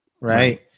right